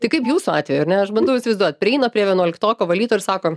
tai kaip jūsų atveju ar ne aš bandau įsivaizduot prieina prie vienuoliktoko valytoja ir sako